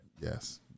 yes